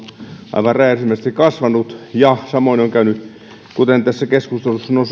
aivan räjähdysmäisesti kasvanut samoin on käynyt kuten tässä keskustelussa